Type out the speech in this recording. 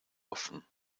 offen